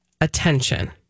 attention